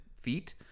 feet